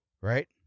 Right